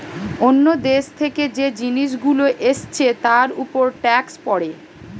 অন্য দেশ থেকে যে জিনিস গুলো এসছে তার উপর ট্যাক্স পড়ে